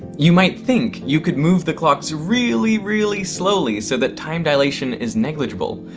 you might think you could move the clocks really, really slowly so that time dilation is negligible.